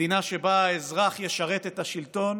מדינה שבה האזרח ישרת את השלטון